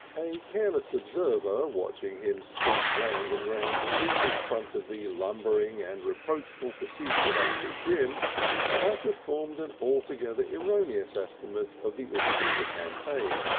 a careless observer watching him sprint round and round the inn in front of the lumbering and reproachful pursuit of uncle jim might have ah formed an altogether erroneous estimate of the issue of the campaign.